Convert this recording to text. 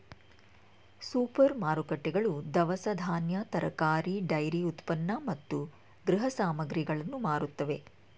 super ಮಾರುಕಟ್ಟೆಗಳು ದವಸ ಧಾನ್ಯ, ತರಕಾರಿ, ಡೈರಿ ಉತ್ಪನ್ನ ಮತ್ತು ಗೃಹ ಸಾಮಗ್ರಿಗಳನ್ನು ಮಾರುತ್ತವೆ